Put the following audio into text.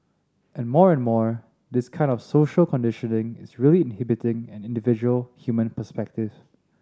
and more and more this kind of social conditioning is really inhibiting an individual human perspective